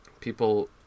People